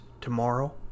tomorrow